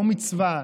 לא מצווה,